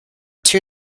two